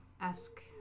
ask